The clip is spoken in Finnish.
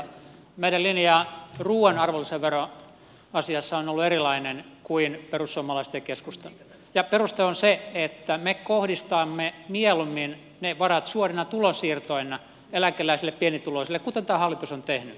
meidän linjamme ruuan arvonlisävero asiassa on ollut erilainen kuin perussuomalaisten ja keskustan ja peruste on se että me kohdistamme ne varat mieluummin suorina tulonsiirtoina eläkeläisille pienituloisille kuten tämä hallitus on tehnyt